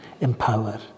empower